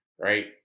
right